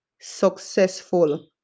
successful